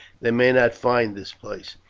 they may not find this place.